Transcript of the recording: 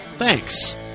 Thanks